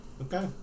Okay